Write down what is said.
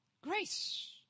grace